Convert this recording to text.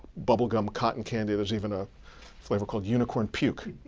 bubblegum, cotton candy, there's even ah flavor called unicorn puke.